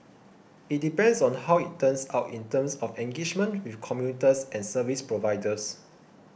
it depends on how it turns out in terms of engagement with commuters and service providers